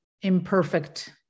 imperfect